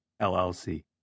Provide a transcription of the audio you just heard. LLC